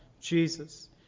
jesus